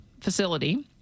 facility